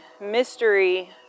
mystery